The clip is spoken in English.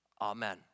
Amen